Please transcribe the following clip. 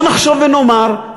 בוא נחשוב ונאמר,